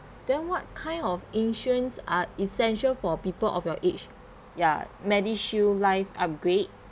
then what kind of insurance are essential for people of your age ya medishield life upgrade